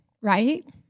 right